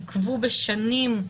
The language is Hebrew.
עיכבו בשנים,